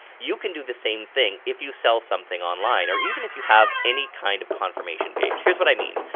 you can do the same thing if you sell something online, or even if you have any kind of confirmation page. here's what i mean.